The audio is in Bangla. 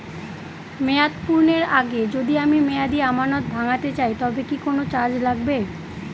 মেয়াদ পূর্ণের আগে যদি আমি মেয়াদি আমানত ভাঙাতে চাই তবে কি কোন চার্জ লাগবে?